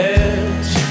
edge